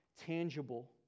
tangible